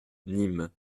nîmes